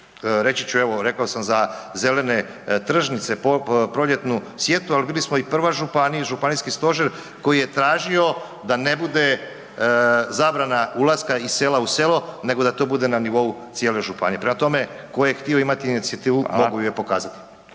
Reći ću, evo, rekao sam za zelene tržnice, proljetnu sjetvu, ali vidli smo i prva županija, županijski stožer koji je tražio da ne bude zabrana ulaska iz sela u selo nego da to bude na nivou cijele županije. Prema tome, tko je htio imati inicijativu, mogao ju je pokazati.